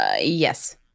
yes